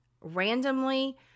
randomly